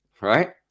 right